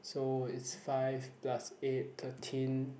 so it's five plus eight thirteen